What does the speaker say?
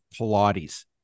Pilates